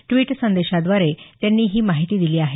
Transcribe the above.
tweet संदेशाद्वारे त्यांनी ही माहिती दिली आहे